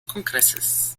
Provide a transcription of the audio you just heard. kongresses